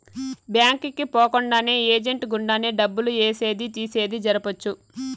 bank కి పోకుండానే agent గుండానే డబ్బులు ఏసేది తీసేది జరపొచ్చు